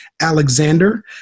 Alexander